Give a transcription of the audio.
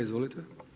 Izvolite.